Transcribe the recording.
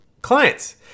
Clients